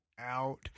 Out